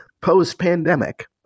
post-pandemic